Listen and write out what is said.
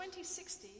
2060